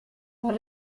far